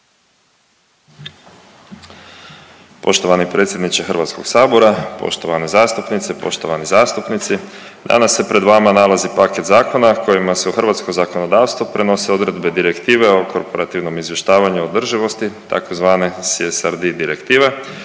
Poštovani predsjedniče HS, poštovane zastupnice, poštovani zastupnici, danas se pred vama nalazi paket zakona kojima se u hrvatsko zakonodavstvo prenose odredbe Direktive o korporativnom izvještavanju o održivosti tzv. CSRD direktive